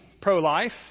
pro-life